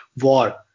War